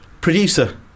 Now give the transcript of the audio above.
Producer